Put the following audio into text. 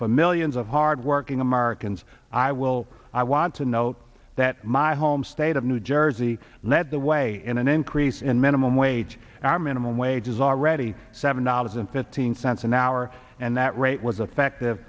for millions of hardworking americans i will i want to note that my home state of new jersey led the way in an increase in minimum wage our minimum wage is already seven dollars and fifteen cents an hour and that rate was affective